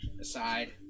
aside